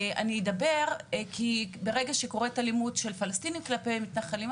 אני אדבר כי ברגע שקוראת אלימות של פלסטינים כלפי מתנחלים,